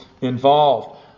involved